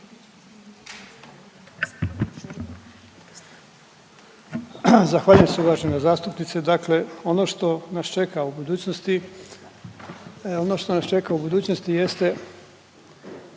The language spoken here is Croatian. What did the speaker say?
Zahvaljujem se uvažena zastupnice. Dakle ono što naš čeka u budućnosti, ono što nas čeka u budućnosti jeste